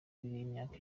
y’imyaka